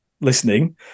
listening